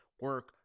Work